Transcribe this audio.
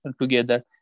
together